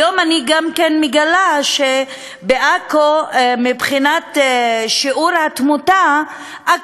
היום אני גם מגלה שמבחינת שיעור התמותה,